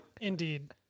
Indeed